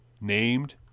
named